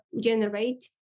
generate